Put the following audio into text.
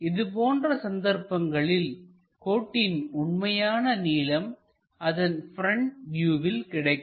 இது போன்ற சந்தர்ப்பங்களில்கோட்டின் உண்மையான நீளம் அதன் ப்ரெண்ட் வியூவில் கிடைக்கும்